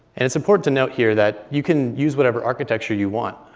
and it's important to note here that you can use whatever architecture you want.